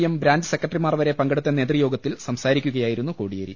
M branch സെക്രട്ടറിമാർവരെ പങ്കെടുത്ത നേതൃയോഗത്തിൽ സംസാരിക്കുകയായിരുന്നു കോടിയേരി